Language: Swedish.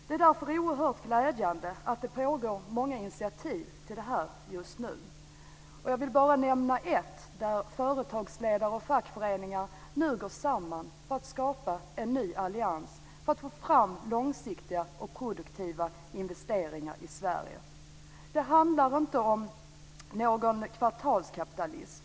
Det är därför oerhört glädjande att det tas många initiativ just nu. Jag vill nämna ett. Företagsledare och fackföreningar går samman för att skapa en ny allians för att få fram långsiktiga och produktiva investeringar i Sverige. Det handlar inte om någon kvartalskapitalism.